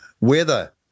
weather